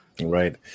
Right